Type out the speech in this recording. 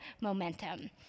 momentum